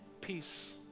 peace